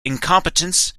incompetence